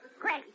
Great